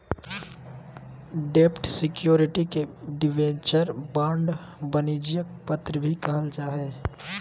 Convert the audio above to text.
डेब्ट सिक्योरिटी के debenture, bond, वाणिज्यिक पत्र भी कहल जा हय